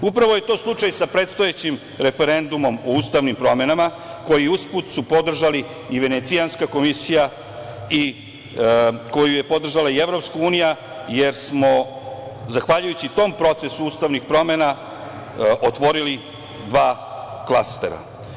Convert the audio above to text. Upravo je to slučaj sa predstojećim referendumom o ustavnim promenama koji uz put su podržali i Venecijanska komisija i EU, jer smo zahvaljujući tom procesu ustavnih promena otvorili dva klastera.